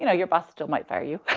you know your boss still might fire yeah